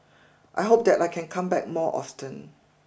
I hope that I can come back more often